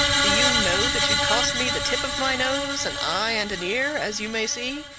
do you know that you cost me the tip of my nose, an eye, and an ear, as you may see?